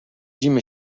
جیم